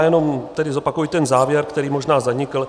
Jenom tedy zopakuji ten závěr, který možná zanikl.